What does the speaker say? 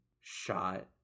shot